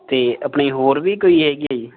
ਅਤੇ ਆਪਣੀ ਹੋਰ ਵੀ ਕੋਈ ਹੈਗੀ ਹੈ ਜੀ